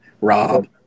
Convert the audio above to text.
Rob